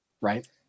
right